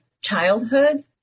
childhood